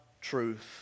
truth